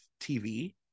TV